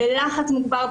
בלחץ מוגבר,